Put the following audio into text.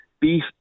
beef